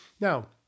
Now